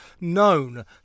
known